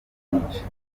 byinshi